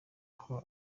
aho